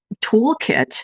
toolkit